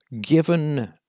given